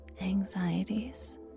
anxieties